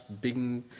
big